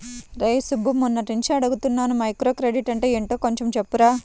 రేయ్ సుబ్బు, మొన్నట్నుంచి అడుగుతున్నాను మైక్రోక్రెడిట్ అంటే యెంటో కొంచెం చెప్పురా